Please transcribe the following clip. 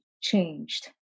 changed